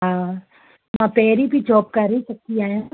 हा मां पहिरीं बि जॉब करे चुकी आहियां